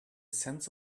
sense